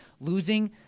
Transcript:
losing